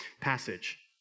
passage